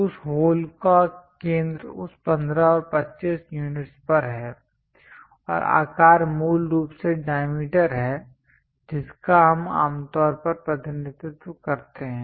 उस होल का केंद्र उस 15 और 25 यूनिट्स पर है और आकार मूल रूप से डायमीटर है जिसका हम आमतौर पर प्रतिनिधित्व करते हैं